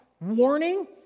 warning